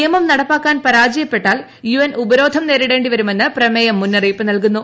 നിയമം നടപ്പാക്കാൻ പരാജയപ്പെട്ടാൽ യു എൻ ഉപരോധം നേരിടേണ്ടിവരുമെന്ന് പ്രമേയം മുന്നറിയിപ്പ് നൽകുന്നു